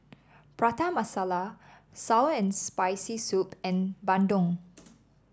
Prata Masala sour and Spicy Soup and Bandung